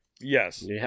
yes